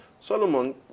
Solomon